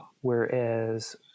Whereas